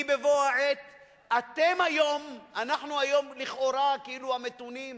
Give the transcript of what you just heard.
אנחנו היום לכאורה כאילו המתונים,